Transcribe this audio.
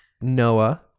Noah